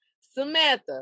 Samantha